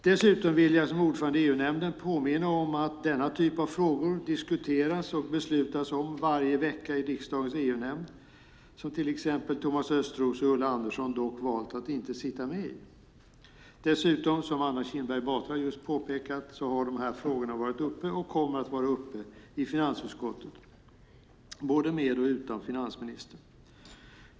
Dessutom vill jag som ordförande i EU-nämnden påminna om att denna typ av frågor diskuteras och beslutas om varje vecka i riksdagens EU-nämnd, som till exempel Thomas Östros och Ulla Andersson dock valt inte sitta med i. Dessutom har dessa frågor, som Anna Kinberg Batra just påpekat, varit uppe och kommer att vara uppe i finansutskottet både med och utan finansministern.